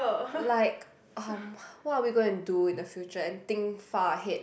like um what are we going to do in the future and think far ahead